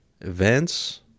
events